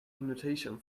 invitation